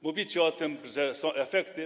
Mówicie o tym, że są efekty.